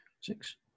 Six